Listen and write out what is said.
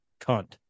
cunt